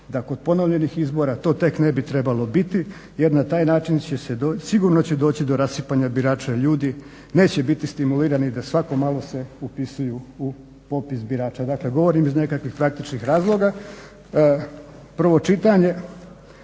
da kod ponovljenih izbora to tek ne bi trebalo biti jer na taj način sigurno će doći do rasipanja birača i ljudi neće biti stimulirani da svako malo se upisuju u popis birača. Dakle, govorim iz nekakvih praktičnih razloga. Prvo čitanje,